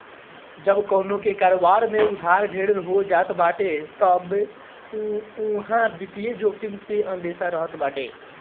जब कवनो कारोबार में उधार ढेर हो जात बाटे तअ उहा वित्तीय जोखिम के अंदेसा रहत बाटे